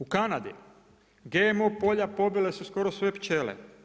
U Kanadi GMO polja pobila su skoro sve pčele.